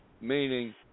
meaning